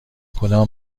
کدام